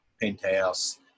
Penthouse